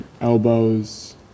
elbows